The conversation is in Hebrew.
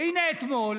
והינה, אתמול